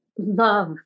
Love